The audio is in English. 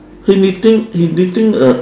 he knitting he knitting a